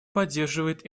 поддерживает